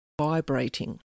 vibrating